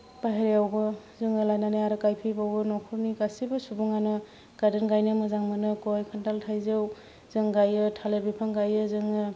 बाहेरायावबो जोङो लायनानै आरो गायफैबावो न'खरनि गासैबो सुबुङानो गार्डेन गायनो मोजां मोनो गय खान्थाल थाइजौ जों गायो थालिर बिफां गायो जोङो